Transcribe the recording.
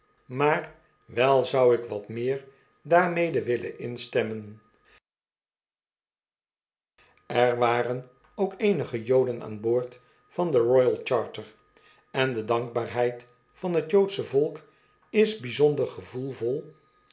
maar wel zou ik wat meer daarmede willen instemmen er waren ook eenige joden aan boord van de royal charter en de dankbaarheid van t joodsche volk is bijzonder gevoelvol